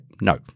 No